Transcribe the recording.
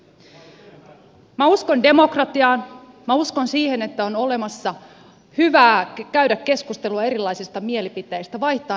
minä uskon demokratiaan minä uskon siihen että on hyvä käydä keskustelua erilaisista mielipiteistä vaihtaa näkemyksiä